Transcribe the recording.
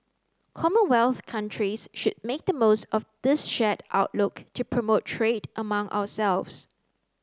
commonwealth countries should make the most of this shared outlook to promote trade among ourselves